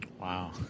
Wow